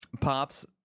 Pops